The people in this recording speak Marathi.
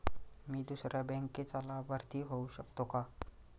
मी दुसऱ्या बँकेचा लाभार्थी होऊ शकतो का?